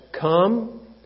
come